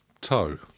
toe